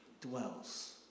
dwells